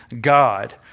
God